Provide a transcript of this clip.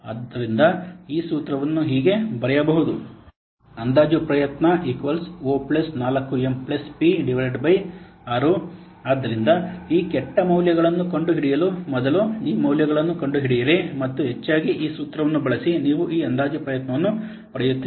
ಆದ್ದರಿಂದ ಆ ಸೂತ್ರವನ್ನು ಹೀಗೆ ಬರೆಯಬಹುದು ಅಂದಾಜು ಪ್ರಯತ್ನ ಓ4ಎಂಪಿ 6 Estimated effort O 4M P 6 ಆದ್ದರಿಂದ ಈ ಕೆಟ್ಟ ಮೌಲ್ಯಗಳನ್ನು ಕಂಡುಹಿಡಿಯಲು ಮೊದಲು ಈ ಮೌಲ್ಯಗಳನ್ನು ಕಂಡುಹಿಡಿಯಿರಿ ಮತ್ತು ಹೆಚ್ಚಾಗಿ ಈ ಸೂತ್ರವನ್ನು ಬಳಸಿ ನೀವು ಈ ಅಂದಾಜು ಪ್ರಯತ್ನವನ್ನು ಪಡೆಯುತ್ತೀರಿ